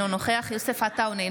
אינו נוכח יוסף עטאונה,